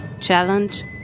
challenge